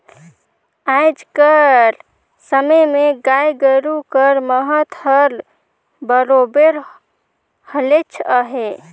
आएज कर समे में गाय गरू कर महत हर बरोबेर हलेच अहे